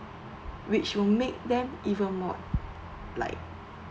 which will make them even more like